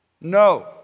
No